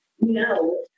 No